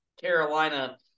Carolina